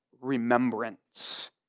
remembrance